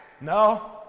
No